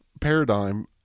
paradigm